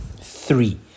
Three